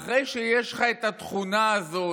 אחרי שיש לך את התכונה הזאת,